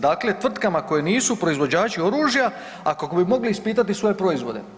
Dakle, tvrtkama koje nisu proizvođači oružja, a kako bi mogli ispitati svoje proizvode.